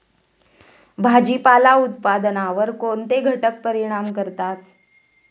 भाजीपाला उत्पादनावर कोणते घटक परिणाम करतात?